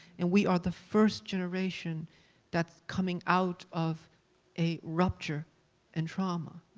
and we are the first generation that's coming out of a rupture and trauma.